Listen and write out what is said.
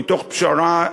מתוך פשרה,